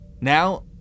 Now